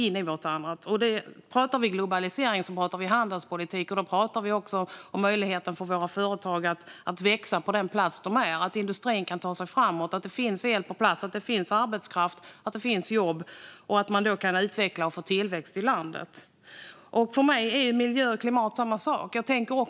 Om vi pratar om globalisering pratar vi om handelspolitik och också om möjligheterna för våra företag att växa på den plats de är - att industrin kan ta sig framåt, att det finns el på plats, att det finns arbetskraft, att det finns jobb och att det kan bli utveckling och tillväxt i landet. För mig är miljö och klimat samma sak.